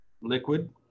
liquid